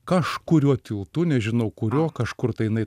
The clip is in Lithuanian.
kažkuriuo tiltu nežinau kurio kažkur tai jinai